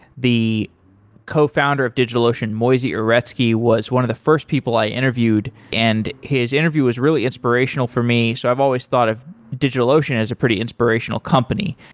the cofounder of digitalocean moisey uretsky, was one of the first people i interviewed, and his interview was really inspirational for me. so i've always thought of digitalocean as a pretty inspirational company.